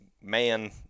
man